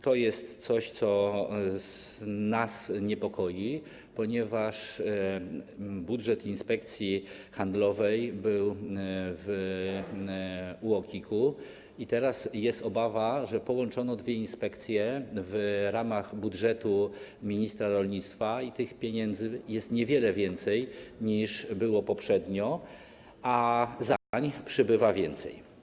To jest coś, co nas niepokoi, ponieważ budżet Inspekcji Handlowej był w UOKiK-u i teraz jest obawa, że połączono dwie inspekcje w ramach budżetu ministra rolnictwa i tych pieniędzy jest niewiele więcej, niż było poprzednio, a zadań przybywa więcej.